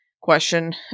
Question